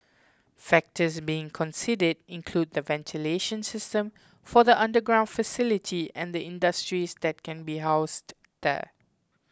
factors being considered include the ventilation system for the underground facility and the industries that can be housed there